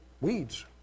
weeds